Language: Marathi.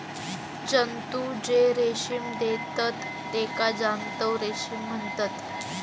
जंतु जे रेशीम देतत तेका जांतव रेशीम म्हणतत